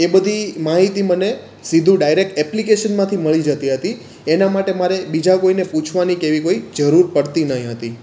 એ બધી માહિતી મને સીધું ડાયરેક્ટ એપ્લિકેશનમાંથી મળી જતી હતી એના માટે મારે બીજા કોઈને પૂછવાની કે એવી કોઈ જરૂર પડતી ન હતી